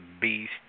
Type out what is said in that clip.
beast